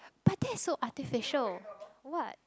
but that's so artificial what